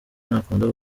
ntakunda